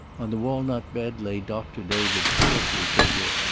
on the walnut bed lay doctor david's portly figure,